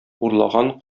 урлаган